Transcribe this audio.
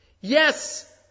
Yes